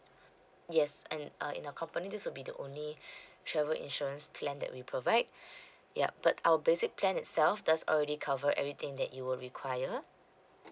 yes and uh in our company this will be the only travel insurance plan that we provide yup but our basic plan itself does already cover everything that you will require